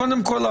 קודם כל,